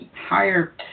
Higher